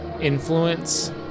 influence